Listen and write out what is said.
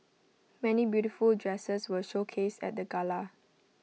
many beautiful dresses were showcased at the gala